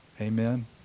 Amen